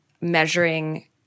measuring